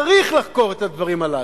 צריך לחקור את הדברים הללו,